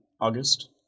August